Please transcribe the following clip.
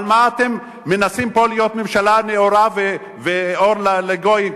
על מה אתם מנסים פה להיות ממשלה נאורה ואור לגויים,